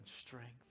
strength